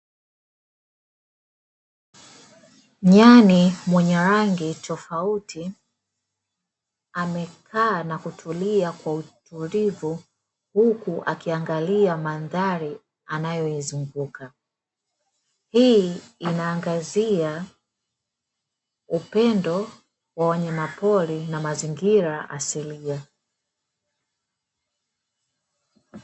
Nyani mwenye rangi tofauti amekaa na kutulia kwa utulivu huku akiangalia mandhari anayoizunguka, hii inaangazia upendo wa wanyama pori na mazingira asilia.